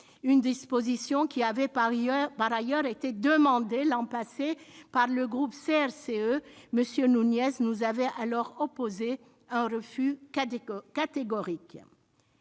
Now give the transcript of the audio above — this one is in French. une disposition qui avait par ailleurs été demandée l'an passé par le groupe CRCE. M. Nunez nous avait alors opposé un refus catégorique.